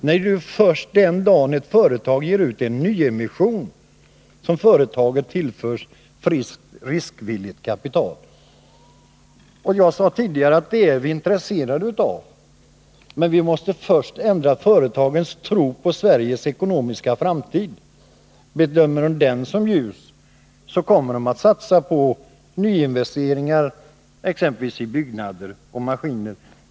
Det är ju först den dagen ett företag ger ut en nyemission som företaget tillförs friskt riskvilligt kapital. Jag sade tidigare att vi är intresserade av det, men vi måste först ändra företagens tro på Sveriges ekonomiska framtid. Bedömer de den som ljus kommer de att satsa på nyinvesteringar exempelvis i byggnader och maskiner.